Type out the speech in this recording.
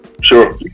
Sure